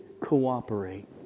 cooperate